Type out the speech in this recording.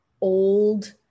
old